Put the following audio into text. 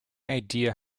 idea